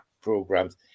programs